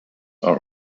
are